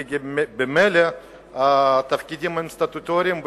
כי ממילא התפקידים הם סטטוטוריים,